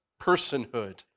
personhood